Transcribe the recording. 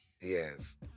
Yes